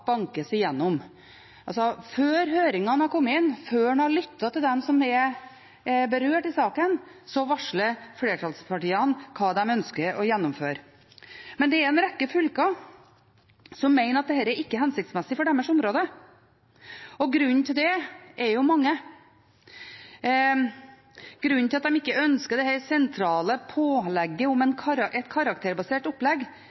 Før høringssvarene har kommet inn, før en har lyttet til dem som er berørt i saken, varsler flertallspartiene hva de ønsker å gjennomføre. Det er en rekke fylker som mener at dette ikke er hensiktsmessig for deres område, og grunnene til det er jo mange. En av grunnene til at de ikke ønsker dette sentrale pålegget om